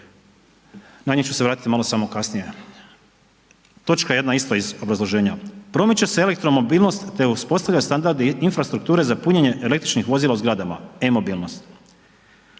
na nji ću se vratiti malo samo kasnije. Točka jedna isto iz obrazloženja, promiče se elektro mobilnost, te uspostavlja standard infrastrukture za punjenje električnih vozila u zgradama e-mobilnost.